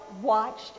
watched